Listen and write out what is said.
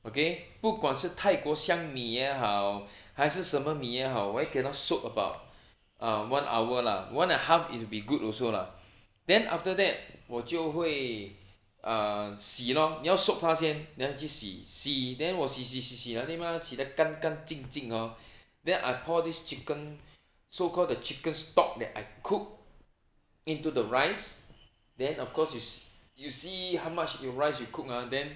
okay 不管是泰国香米也好还是什么米也好我会给它 soak about a one hour lah one and a half it'll be good also lah then after that 我就会 err 洗 lor 你要 soak 它先 then 拿去洗洗 then 我洗洗洗洗了对吗洗得干干净净 hor then I pour this chicken so call the chicken stock that I cook into the rice then of course is you see how much your rice you cook ah then